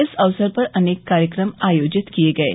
इस अवसर पर अनेक कार्यक्रम आयोजित किए गये